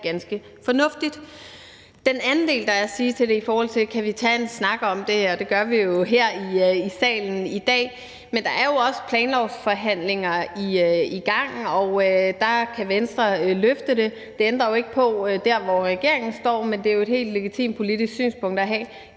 set er ganske fornuftigt. Den anden ting, der er at sige om det, er i forhold til, om vi kan tage en snak om det. Det gør vi jo her i salen i dag. Men der er jo også planlovsforhandlinger i gang, og der kan Venstre løfte det. Det ændrer ikke på, hvor regeringen står, men det er jo et helt legitimt politisk synspunkt at have.